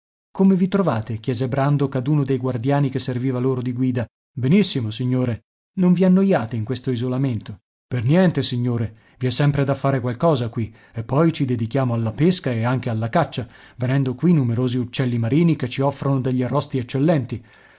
come vi trovate chiese brandok ad uno dei guardiani che serviva loro di guida benissimo signore non vi annoiate in questo isolamento per niente signore i è sempre da fare qualche cosa qui e poi ci dedichiamo alla pesca e anche alla caccia venendo qui numerosi uccelli marini che ci offrono degli arrosti eccellenti